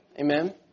Amen